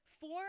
four